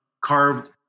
carved